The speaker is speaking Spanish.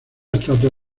estatua